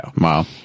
Wow